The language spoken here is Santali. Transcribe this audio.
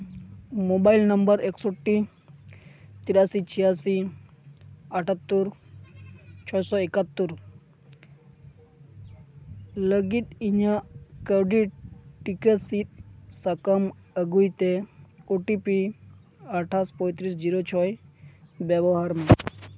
ᱢᱳᱵᱟᱭᱤᱞ ᱱᱚᱢᱵᱚᱨ ᱮᱠᱥᱚᱴᱴᱤ ᱛᱤᱨᱟᱥᱤ ᱪᱷᱤᱭᱟᱥᱤ ᱟᱴᱷᱟᱛᱛᱳᱨ ᱪᱷᱚ ᱥᱚ ᱮᱠᱟᱛᱛᱳᱨ ᱞᱟᱹᱜᱤᱫ ᱤᱧᱟᱹᱜ ᱠᱟᱹᱣᱰᱤ ᱴᱤᱠᱟᱹ ᱥᱤᱫᱽ ᱥᱟᱠᱟᱢ ᱟᱹᱜᱩᱭ ᱛᱮ ᱳ ᱴᱤ ᱯᱤ ᱟᱴᱷᱟᱥ ᱯᱚᱸᱭᱛᱨᱤᱥ ᱡᱤᱨᱳ ᱪᱷᱚᱭ ᱵᱮᱵᱚᱦᱟᱨ ᱢᱮ